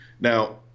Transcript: now